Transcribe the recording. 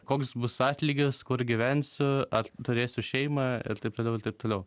koks bus atlygis kur gyvensiu ar turėsiu šeimą ir taip toliau ir taip toliau